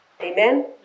Amen